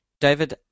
David